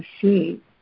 see